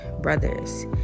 brothers